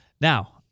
Now